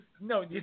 No